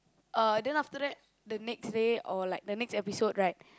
uh then after that the next day or like the next episode right